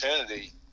opportunity